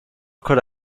could